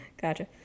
Gotcha